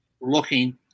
looking